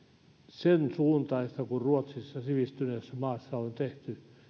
sensuuntaista kuin ruotsissa sivistyneessä maassa on tehty